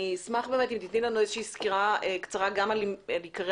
אני אשמח אם תתני לנו סקירה קצרה גם על עיקרי